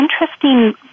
interesting